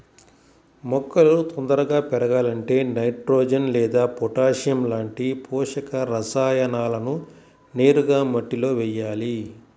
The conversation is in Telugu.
మొక్కలు తొందరగా పెరగాలంటే నైట్రోజెన్ లేదా పొటాషియం లాంటి పోషక రసాయనాలను నేరుగా మట్టిలో వెయ్యాలి